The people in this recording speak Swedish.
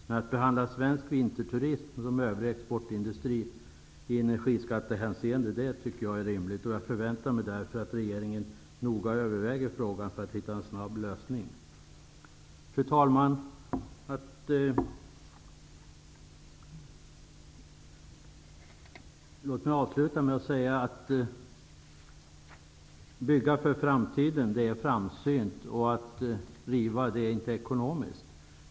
Men att behandla svensk vinterturism som övrig exportindustri i energiskattehänseende är rimligt. Jag förväntar mig därför att regeringen noga överväger frågan för att hitta en snabb lösning. Fru talman! Låt mig avsluta med att säga att det är framsynt att bygga för framtiden. Att inte riva är ekonomiskt.